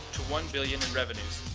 to one billion in revenues.